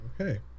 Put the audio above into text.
Okay